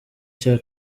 cya